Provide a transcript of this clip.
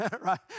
right